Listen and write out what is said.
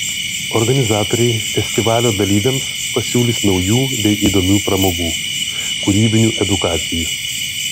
organizatoriai festivalio dalyviams pasiūlys naujų bei įdomių pramogų kūrybinių edukacijų